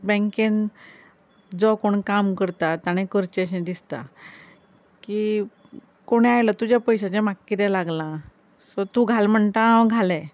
बेंकेन जो कोण काम करता तांणे करचें शें दिसता की कोणय आयलो तुज्या पयशांचे म्हाका कितें लागलां सो तूं घाल म्हणटा हावें घाले